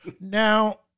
Now